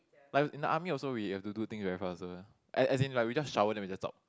like in the army also we have to do thing very fast one as as in like we just shower then we just stop